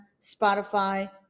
Spotify